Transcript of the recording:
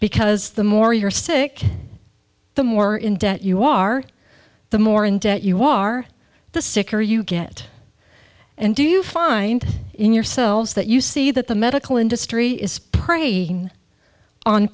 because the more you're sick the more in debt you are the more in debt you are the sicker you get and do you find in yourselves that you see that the medical industry is preying on